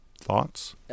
Thoughts